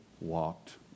walked